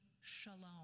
shalom